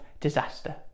disaster